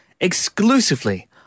exclusively